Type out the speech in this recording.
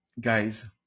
Guys